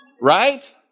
Right